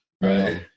Right